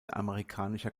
amerikanischer